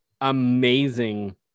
amazing